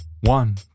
One